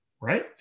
right